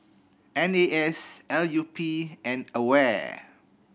N A S L U P and AWARE